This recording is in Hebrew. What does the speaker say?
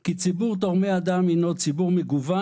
כי ציבור תורמי הדם הוא ציבור מגוון